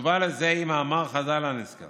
התשובה לזה היא מאמר חז"ל הנזכר